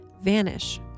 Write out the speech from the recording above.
vanish